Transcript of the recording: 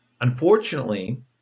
Unfortunately